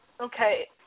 Okay